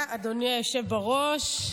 תודה, אדוני היושב בראש.